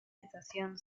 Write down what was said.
estación